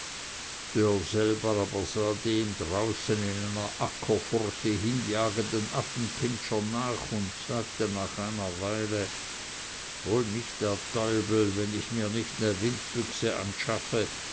in einer ackerfurche hinjagenden affenpinscher nach und sagte nach einer weile hol mich der deubel wenn ich mir nich ne windbüchse anschaffe